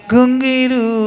Gungiru